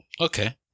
Okay